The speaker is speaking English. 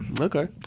okay